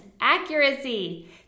accuracy